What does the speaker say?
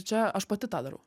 čia aš pati tą darau